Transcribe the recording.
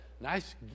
nice